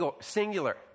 singular